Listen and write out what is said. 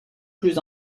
plus